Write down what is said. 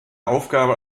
aufgabe